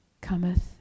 cometh